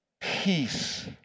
Peace